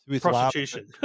prostitution